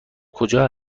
کجا